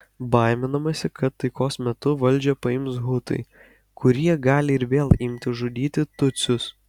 baiminamasi kad taikos metu valdžią paims hutai kurie gali ir vėl imti žudyti tutsius